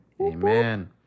amen